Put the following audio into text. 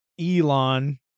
elon